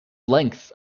lengths